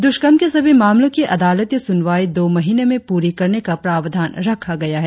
दुष्कर्म के सभी मामलों की अदालती सुनवाई दो महीने में पूरी करने का प्रावधान रखा गया है